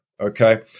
okay